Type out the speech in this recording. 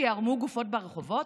שייערמו גופות ברחובות?